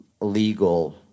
legal